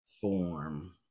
form